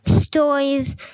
stories